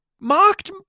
marked